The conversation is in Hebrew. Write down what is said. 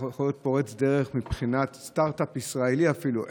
זה היה יכול להיות פורץ דרך מבחינת סטרטאפ ישראלי אפילו,